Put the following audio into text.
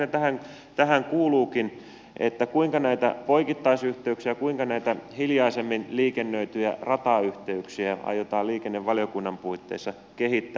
kysymykseni lähinnä tähän kuuluukin kuinka näitä poikittaisyhteyksiä kuinka näitä hiljaisemmin liikennöityjä ratayhteyksiä aiotaan liikennevaliokunnan puitteissa kehittää